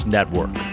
Network